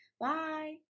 Bye